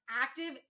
active